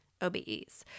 OBEs